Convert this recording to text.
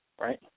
right